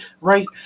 Right